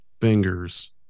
fingers